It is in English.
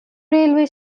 railway